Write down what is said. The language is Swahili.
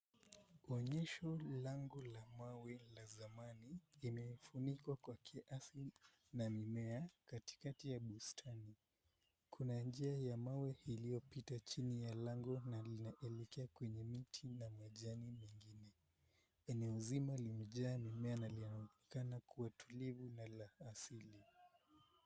Onyesho lango la mawe la zamani imefunikwa kwa kiasi ni mimea katikati ya bustani, kuna njia ya mawe iliyopita chini ya lango na linaelekea kwenye miti na majani mengine eneo nzima imejaa mimea na inaonekana kuwa tulivu na la asili.